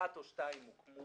אחת או שתיים הוקמו